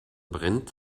brennt